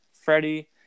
Freddie